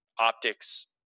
optics